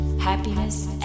happiness